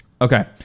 Okay